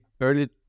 early